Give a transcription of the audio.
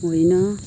होइन